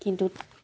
কিন্তু